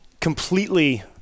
completely